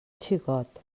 xicot